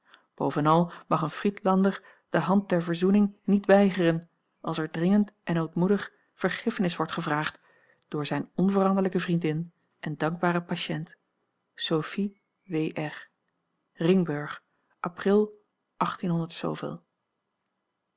bovenal mag een friedlander de hand der verzoening niet weigeren als er dringend en ootmoedig vergiffenis wordt gevraagd door zijne onveranderlijke vriendin en dankbare patiënt sophie w r ringburg april